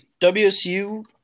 WSU